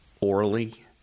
orally